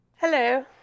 Hello